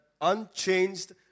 unchanged